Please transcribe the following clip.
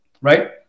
right